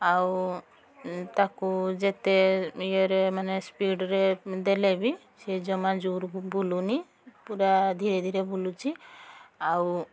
ଆଉ ତାକୁ ଯେତେ ଇଏରେ ମାନେ ସ୍ପିଡ଼୍ରେ ଦେଲେ ବି ସିଏ ଜମା ଜୋରେ ବୁଲୁନି ପୁରା ଧିରେଧିରେ ବୁଲୁଛି ଆଉ